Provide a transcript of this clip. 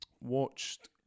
watched